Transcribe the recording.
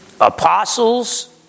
apostles